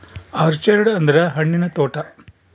orchard ಅಂದ್ರ ಹಣ್ಣಿನ ತೋಟ